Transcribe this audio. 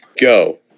Go